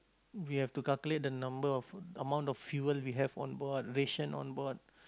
we have to calculate the number of amount of fuel we have on board ration on board